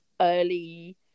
early